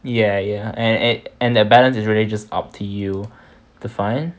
ya ya and and and that balance is really just up to you to find